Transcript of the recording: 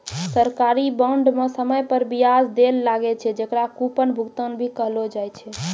सरकारी बांड म समय पर बियाज दैल लागै छै, जेकरा कूपन भुगतान भी कहलो जाय छै